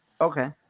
Okay